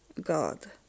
God